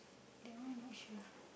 that one not sure